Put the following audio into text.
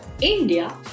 India